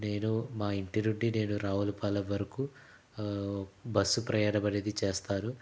నేను మా ఇంటి నుండి నేను రావులపాలెం వరకు బస్సు ప్రయాణమనేది చేస్తాను